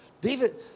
David